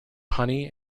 honey